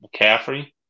McCaffrey